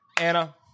Anna